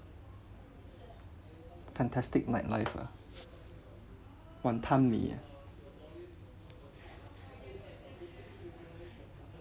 fantastic night life lah wanton-mee ah